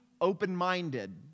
open-minded